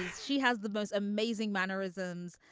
she has the most amazing mannerisms.